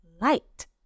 light